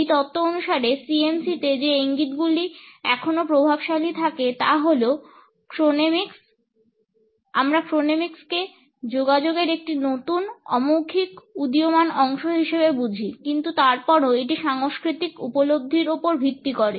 এই তত্ত্ব অনুসারে CMC তে যে ইঙ্গিতগুলি এখনো প্রভাবশালী থাকে তা হল Chronemics আমরা Chronemics কে যোগাযোগের একটি নতুন অমৌখিক উদীয়মান অংশ হিসেবে বুঝি কিন্তু তারপরও এটি সাংস্কৃতিক উপলব্ধির উপর ভিত্তি করে